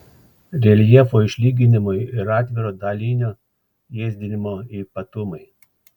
reljefo išlyginimo ir atviro dalinio ėsdinimo ypatumai